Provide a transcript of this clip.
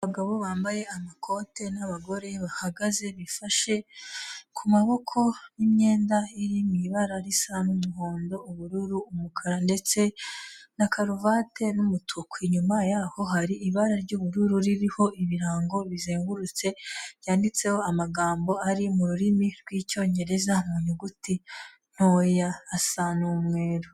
Abagabo bambaye amakoti, n'abagore bahagaze bifashe ku maboko, n'imyenda iri mu ibara risa n'umuhondo, ubururu, umukara, ndetse na karuvati n'umutuku. Inyuma yaho hari ibara ry'ubururu ririho ibirango bizengurutse, byanditseho amagambo ari mu rurimi rw'Icyongereza mu nyuguti ntoya, asa n'umweru.